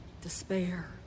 despair